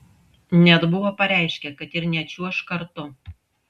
net buvo pareiškę kad ir nečiuoš kartu